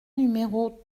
numéro